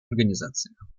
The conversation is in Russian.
организациях